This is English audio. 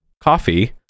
coffee